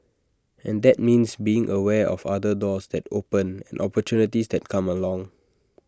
and that means being aware of other doors that open and opportunities that come along